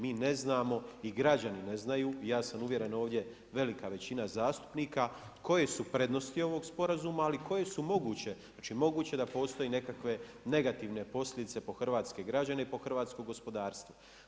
Mi ne znamo i građani ne znaju, ja sam uvjeren ovdje velika većina zastupnika koje su prednosti ovoga sporazuma ali koje su moguće, znači moguće da postoje i nekakve negativne posljedice po hrvatske građen, po hrvatsko gospodarstvo.